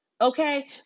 Okay